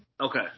Okay